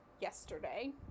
yesterday